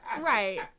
Right